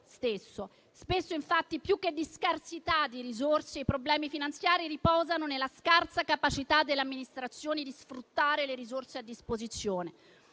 stesso. Spesso infatti più che nella scarsità di risorse, i problemi finanziari riposano nella scarsa capacità delle Amministrazioni di sfruttare le risorse a disposizione.